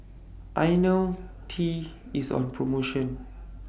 I know T IS on promotion